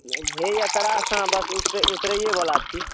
हैया एतय रास्तामे बस उतरै उतरैएवला छी